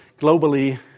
globally